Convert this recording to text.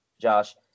Josh